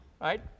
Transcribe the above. right